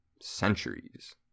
centuries